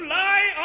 lie